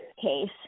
case